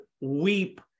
weep